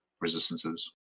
resistances